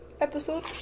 episode